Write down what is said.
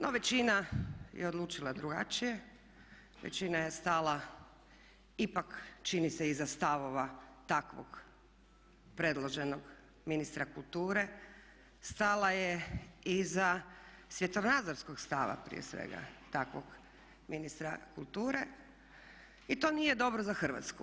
No većina je odlučila drugačije, većina je stala ipak čini se iza stavova takvog predloženog ministra kulture, stala je iza svjetonazorskog stava prije svega takvog ministra kulture i to nije dobro za Hrvatsku.